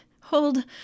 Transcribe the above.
hold